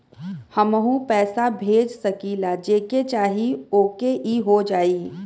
हमहू पैसा भेज सकीला जेके चाही तोके ई हो जाई?